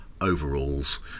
overalls